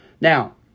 Now